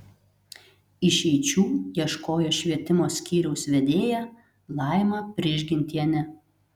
išeičių ieškojo švietimo skyriaus vedėja laima prižgintienė